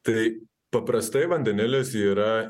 tai paprastai vandenilis yra